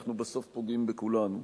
אנחנו בסוף פוגעים בכולנו.